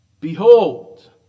Behold